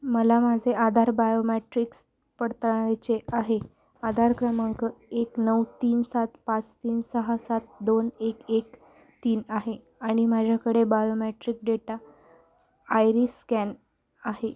मला माझे आधार बायोमॅट्रिक्स पडताळायचे आहे आधार क्रमांक एक नऊ तीन सात पाच तीन सहा सात दोन एक एक तीन आहे आणि माझ्याकडे बायोमॅट्रिक डेटा आयरीस स्कॅन आहे